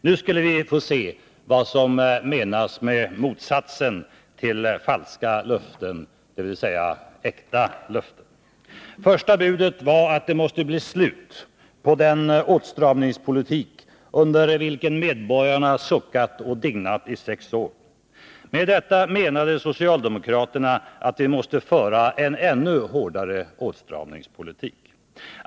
Nu skulle vi få se vad som menades med motsatsen till falska löften, dvs. äkta löften. Första budet var att det måste bli slut på den åtstramningspolitik under vilken medborgarna suckat och dignat i sex år. Med detta menade socialdemokraterna att vi måste föra en ännu hårdare åtstramningspolitik.